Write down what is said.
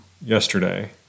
yesterday